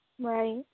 Right